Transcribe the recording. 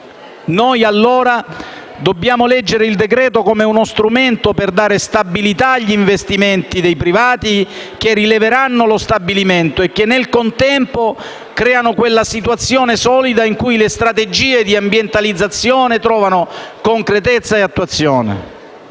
Dobbiamo quindi leggere il decreto-legge come uno strumento per dare stabilità agli investimenti dei privati che rileveranno lo stabilimento e che, nel contempo, creeranno quella situazione solida in cui le strategie di ambientalizzazione trovano concretezza e attuazione.